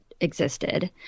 existed